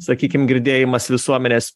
sakykim girdėjimas visuomenės